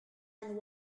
and